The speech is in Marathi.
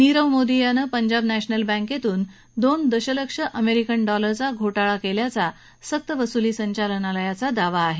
नीरव मोदी यानं पंजाब नॅशनल बँकेतून दोन दशलक्ष अमेरिकन डॉलरचा घोटाळा केल्याचा सक्तवस्ली संचालनालयाचा दावा आहे